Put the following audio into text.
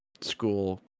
school